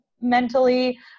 mentally